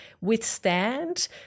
withstand